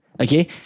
Okay